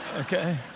Okay